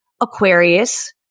Aquarius